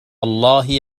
الله